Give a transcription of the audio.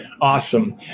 awesome